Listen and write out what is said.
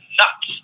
nuts